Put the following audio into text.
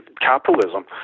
capitalism